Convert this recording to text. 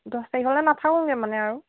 দহ তাৰিখলে নাথাকোগে মানে আৰু